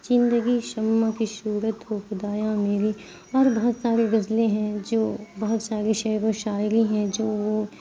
زندگی شمع کی صورت ہو خدایا میری اور بہت ساری غزلیں ہیں جو بہت ساری شعر و شاعری ہیں جو وہ